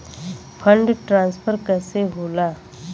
Fund transfer कैसे होला?